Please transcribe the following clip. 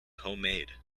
homemade